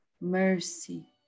mercy